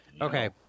Okay